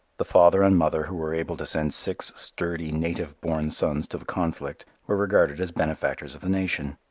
the father and mother who were able to send six sturdy, native-born sons to the conflict were regarded as benefactors of the nation.